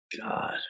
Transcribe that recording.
God